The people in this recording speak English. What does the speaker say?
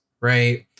right